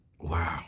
Wow